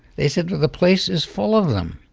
they said, the place is full of them.